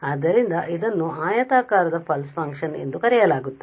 ಆದ್ದರಿಂದ ಇದನ್ನು ಆಯತಾಕಾರದ ಪಲ್ಸ್ ಫಂಕ್ಷನ್ ಎಂದು ಕರೆಯಲಾಗುತ್ತದೆ